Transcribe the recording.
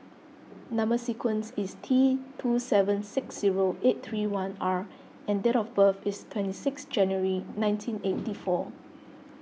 Number Sequence is T two seven six zero eight three one R and date of birth is twenty six January nineteen eight four